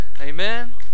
Amen